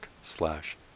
slash